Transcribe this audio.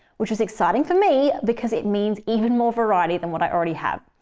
which is exciting for me because it means even more variety than what i already have.